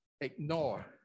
ignore